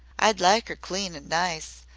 i'd like er clean an nice,